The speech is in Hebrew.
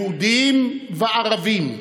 יהודים וערבים,